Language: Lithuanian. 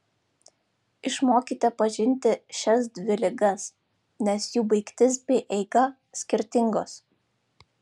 išmokite pažinti šias dvi ligas nes jų baigtis bei eiga skirtingos